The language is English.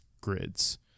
grids